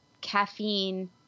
caffeine